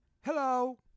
Hello